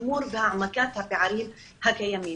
שימור והעמקת הפערים הקיימים.